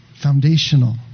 foundational